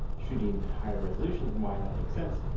shooting at higher resolutions and why that makes sense.